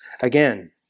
again